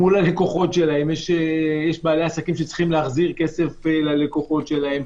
מול הלקוחות שלהם יש בעלי עסקים שצריכים להחזיר כסף ללקוחות שלהם,